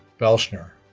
belschner